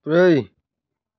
ब्रै